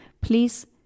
Please